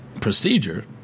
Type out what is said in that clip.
procedure